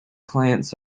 clients